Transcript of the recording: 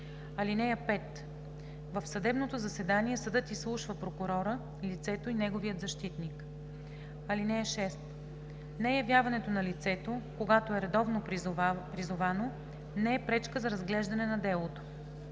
език. (5) В съдебното заседание съдът изслушва прокурора, лицето и неговия защитник. (6) Неявяването на лицето, когато е редовно призовано, не е пречка за разглеждане на делото.